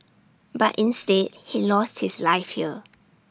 but instead he lost his life here